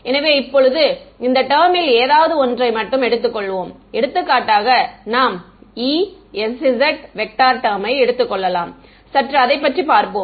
எனவே இப்போது இந்த டெர்மில் எதாவது ஒன்றை மட்டும் எடுத்துக் கொள்வோம் எடுத்துக்காட்டாக நாம் Esz டெர்மை எடுத்துக் கொள்ளலாம் சற்று அதைப் பற்றி பார்ப்போம்